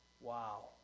Wow